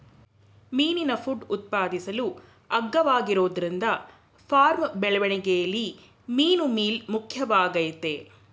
ಮೀನಿನ ಫುಡ್ ಉತ್ಪಾದಿಸಲು ಅಗ್ಗವಾಗಿರೋದ್ರಿಂದ ಫಾರ್ಮ್ ಬೆಳವಣಿಗೆಲಿ ಮೀನುಮೀಲ್ ಮುಖ್ಯವಾಗಯ್ತೆ